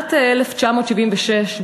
בשנת 1976,